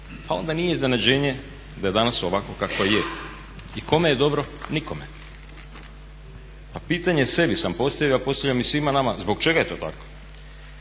pa onda nije iznenađenje da je danas ovakvo kakvo je. I kome je dobro? Nikome. A pitanje sebi sam postavio a postavljam i svima nama zbog čega je to tako.